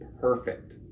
perfect